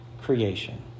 creation